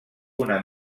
una